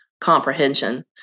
comprehension